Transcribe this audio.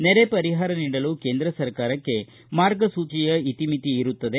ನೆರೆ ಪರಿಹಾರ ನೀಡಲು ಕೇಂದ್ರ ಸರ್ಕಾರಕ್ಷೆ ಮಾರ್ಗಸೂಚಿಯ ಇತಿಮಿತಿ ಇರುತ್ತದೆ